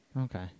Okay